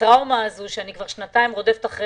מהטראומה הזאת שכבר שנתיים אני רודפת אחרי